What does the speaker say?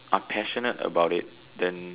are passionate about it then